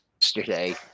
yesterday